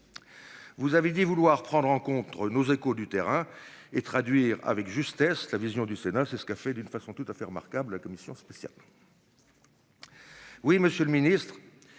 Vous avez dit vouloir prendre en contre nos échos du terrain et traduire avec justesse la vision du Sénat. C'est ce qu'a fait d'une façon tout à fait remarquable, la commission spéciale. Oui, monsieur le Ministre.